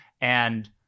and-